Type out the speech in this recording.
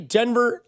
Denver